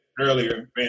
earlier